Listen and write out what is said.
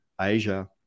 Asia